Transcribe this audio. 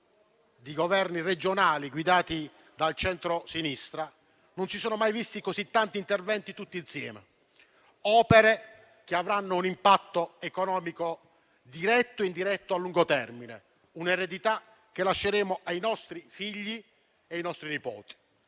di Governi regionali guidati dal centrosinistra, non si sono mai visti così tanti interventi tutti insieme, opere che avranno un impatto economico diretto e indiretto a lungo termine: un'eredità che lasceremo ai nostri figli e ai nostri nipoti.